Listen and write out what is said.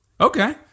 Okay